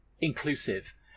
inclusive